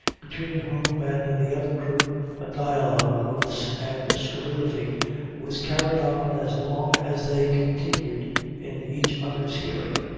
between whom and the other crew a dialogue of oaths and scurrility was carried on as long as they continued in each other's hearing.